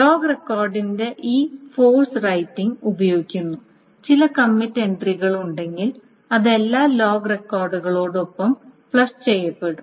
log റെക്കോർഡിന്റെ ഈ force writing ഉപയോഗിക്കുന്നു ചില കമ്മിറ്റ് എൻട്രികൾ ഉണ്ടെങ്കിൽ അത് എല്ലാ ലോഗ് റെക്കോർഡുകളോടൊപ്പം ഫ്ലഷ് ചെയ്യപ്പെടും